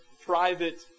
private